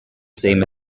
same